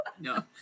No